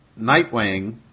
Nightwing